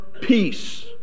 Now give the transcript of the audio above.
peace